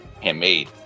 handmade